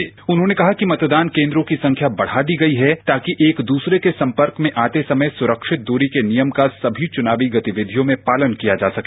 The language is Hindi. मुख्य निर्वाचन आयुक्त ने कहा कि मतदान केन्द्रों की संख्या बढ़ा दी गयी है ताकि एक दूसरे के संपर्क में आते समय सुरक्षित दूरी के नियम का सभी चुनावी गतिविधियों में पालन किया जा सके